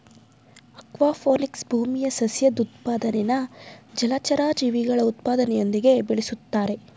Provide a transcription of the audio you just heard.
aquaponics ಭೂಮಿಯ ಸಸ್ಯದ್ ಉತ್ಪಾದನೆನಾ ಜಲಚರ ಜೀವಿಗಳ ಉತ್ಪಾದನೆಯೊಂದಿಗೆ ಬೆಳುಸ್ತಾರೆ